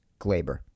Glaber